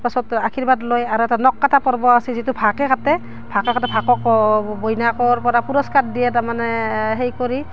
পাছত আশীৰ্বাদ লয় আৰু এটা নখ কটা পৰ্ব আছে যিটো ভায়েকে কাটে ভায়েকে কাটে ভায়েকক বইনাকৰপৰা পুৰস্কাৰ দিয়ে তাৰমানে সেই কৰি